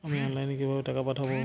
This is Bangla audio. আমি অনলাইনে কিভাবে টাকা পাঠাব?